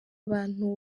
abantu